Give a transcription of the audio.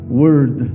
word